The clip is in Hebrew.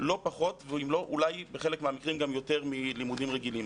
לא פחות ובחלק מהמקרים גם יותר מלימודים רגילים.